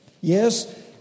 Yes